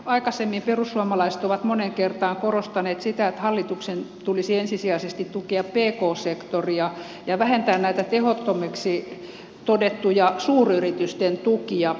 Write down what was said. aikaisemmin perussuomalaiset ovat moneen kertaan korostaneet sitä että hallituksen tulisi ensisijaisesti tukea pk sektoria ja vähentää näitä tehottomiksi todettuja suuryritysten tukia